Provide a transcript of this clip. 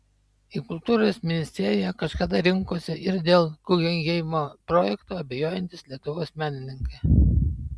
į kultūros ministeriją kažkada rinkosi ir dėl guggenheimo projekto abejojantys lietuvos menininkai